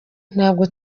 ntabwo